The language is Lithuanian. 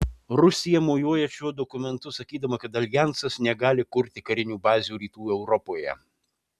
rusija mojuoja šiuo dokumentu sakydama kad aljansas negali kurti karinių bazių rytų europoje